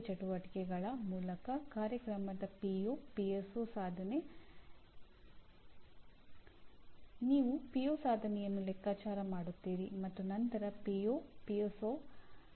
engineering ಕಾರ್ಯಕ್ರಮಗಳ programme ಪರಿಣಾಮಗಳನ್ನು ಭಾರತವು 2015ರಲ್ಲಿ ಗುರುತಿಸಿದೆ